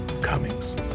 Cummings